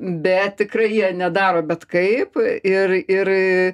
bet tikrai jie nedaro bet kaip ir ir